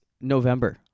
November